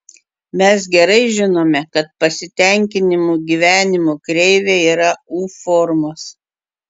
mes gerai žinome kad pasitenkinimo gyvenimu kreivė yra u formos